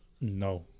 No